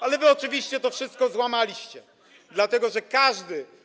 Ale wy oczywiście to wszystko złamaliście, dlatego że każdy.